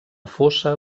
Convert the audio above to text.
fossa